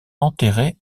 enterré